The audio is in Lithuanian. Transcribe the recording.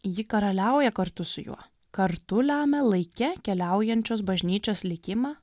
ji karaliauja kartu su juo kartu lemia laike keliaujančios bažnyčios likimą